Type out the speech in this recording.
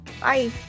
Bye